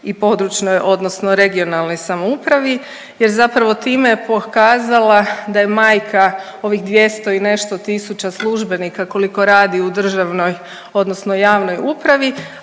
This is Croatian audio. i područnoj odnosno regionalnoj samoupravi jer zapravo time je pokazala da je majka ovih 200 i nešto tisuća službenika koliko radi u državnoj odnosno javnoj upravi,